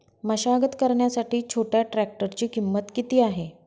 मशागत करण्यासाठी छोट्या ट्रॅक्टरची किंमत किती आहे?